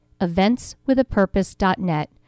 eventswithapurpose.net